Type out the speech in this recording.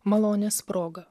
malonės proga